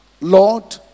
Lord